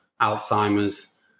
Alzheimer's